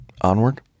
onward